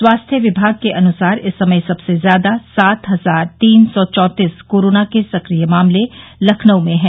स्वास्थ्य विभाग के अनुसार इस समय सबसे ज्यादा सात हजार तीन सौ चौंतीस कोरोना के सक्रिय मामले लखनऊ में है